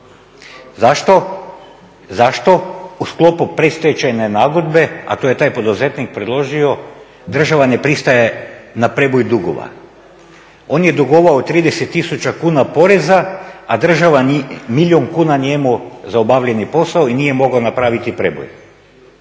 dugova? Zašto u sklopu predstečajne nagodbe, a to je taj poduzetnik predložio, država ne pristaje na prijeboj dugova? On je dugovao 30 000 kuna poreza, a država milijun kuna njemu za obavljeni posao i nije mogao napraviti prijeboj.